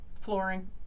Flooring